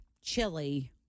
chili—